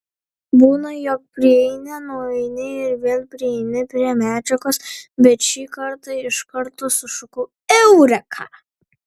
būna jog prieini nueini ir vėl prieini prie medžiagos bet šį kartą iš karto sušukau eureka